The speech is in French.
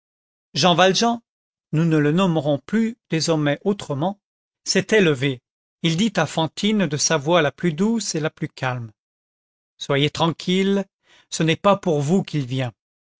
jean valjean nous ne le nommerons plus désormais autrement sétait levé il dit à fantine de sa voix la plus douce et la plus calme soyez tranquille ce n'est pas pour vous qu'il vient